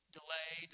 Delay